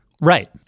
Right